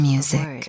Music